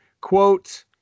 quote